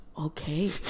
okay